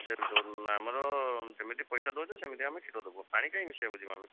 ଆମର ଯେମିତି ପଇସା ଦେଉଛ ସେମିତି ଆମେ କ୍ଷୀର ଦେବୁ ପାଣି କାଇଁ ମିଶେଇବାକୁ ଯିବୁ ଆମେ